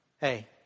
Hey